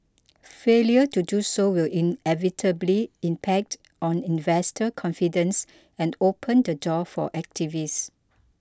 failure to do so will inevitably impact on investor confidence and open the door for activists